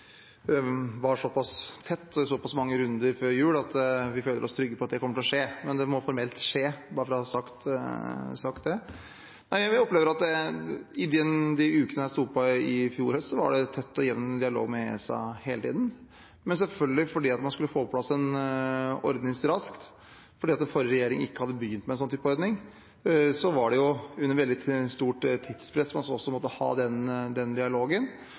var såpass tett i såpass mange runder før jul at vi føler oss trygge på at det kommer til å skje. Men det må formelt skje, bare for å ha sagt det. Jeg opplever at i de ukene da dette sto på i fjor høst, var det tett og jevn dialog med ESA hele tiden. Men, selvfølgelig, fordi man skulle få på plass en ordning så raskt, fordi forrige regjering ikke hadde begynt med en sånn type ordning, var det under et veldig stort tidspress at man måtte ha den dialogen. Det var selvfølgelig i hovedsak på embetsnivå, altså de som jobber med den